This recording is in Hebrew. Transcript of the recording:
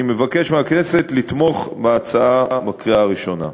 אני מבקש מהכנסת לתמוך בהצעה בקריאה הראשונה.